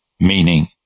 meaning